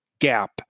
gap